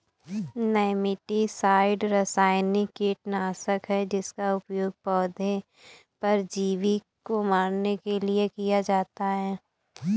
nematicide रासायनिक कीटनाशक है जिसका उपयोग पौधे परजीवी को मारने के लिए किया जाता है